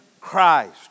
Christ